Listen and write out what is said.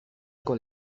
con